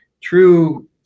true